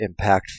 impactful